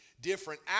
different